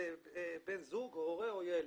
זה בן זוג, הורה או ילד.